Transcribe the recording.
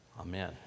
amen